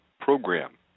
program